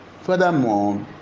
furthermore